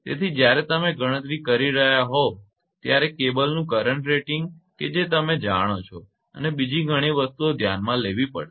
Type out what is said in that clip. તેથી જ્યારે તમે ગણતરી કરી રહ્યા હો ત્યારે તમારે કેબલનું કરંટ રેટીંગ કે જે તમે જાણો છો અને બીજી ઘણી વસ્તુઓ ધ્યાનમાં લેવી પડશે